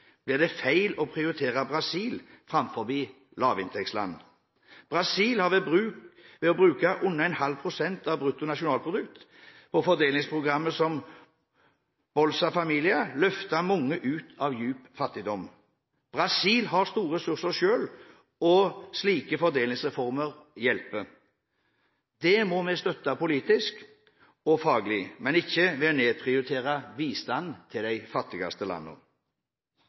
blir det feil å prioritere Brasil framfor lavinntektsland. Brasil har ved å bruke under en halv prosent av brutto nasjonalprodukt på fordelingsprogrammer som Bolsa Familia løftet mange ut av dyp fattigdom. Brasil har store ressurser selv, og slike fordelingsreformer hjelper. Det må vi støtte politisk og faglig, men ikke ved å nedprioritere bistanden til de fattigste